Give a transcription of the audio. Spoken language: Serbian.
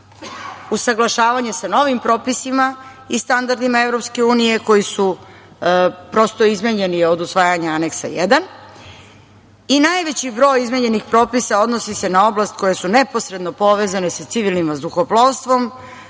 usaglašavanje sa novim propisima i standardima EU, koji su izmenjeni od usvajanja Aneksa I. Najveći broj izmenjenih propisa odnosi se na oblasti koje su neposredno povezane sa civilnim vazduhoplovstvom,